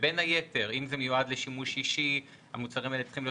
ובין היתר אם זה מיועד לשימוש אישי המוצרים האלה צריכים להיות